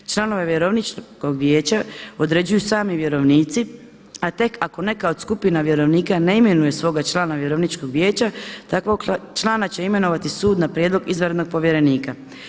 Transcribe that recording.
Članove vjerovničkog vijeća određuju sami vjerovnici a tek ako neka od skupina vjerovnika ne imenuje svoga člana vjerovničkog vijeća takvog člana će imenovati sud na prijedlog izvanrednog povjerenika.